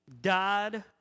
died